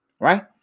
Right